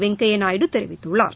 வெங்கையா நாயுடு தெரிவித்துள்ளார்